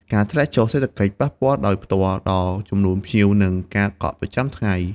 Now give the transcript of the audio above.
ការធ្លាក់ចុះសេដ្ឋកិច្ចប៉ះពាល់ដោយផ្ទាល់ដល់ចំនួនភ្ញៀវ និងការកក់ប្រចាំថ្ងៃ។